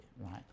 right